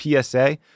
PSA